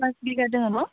pass बिगा दोङो न